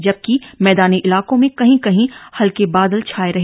जबकि मैदानी इलाकों में कहीं कहीं हल्के बादल छाए रहे